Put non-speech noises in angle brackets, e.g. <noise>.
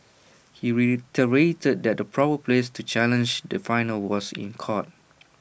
<noise> he reiterated that the proper place to challenge the final was in court